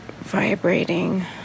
vibrating